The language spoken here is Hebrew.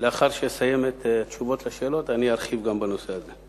לאחר שאסיים את התשובות על השאלות אני ארחיב גם בנושא הזה.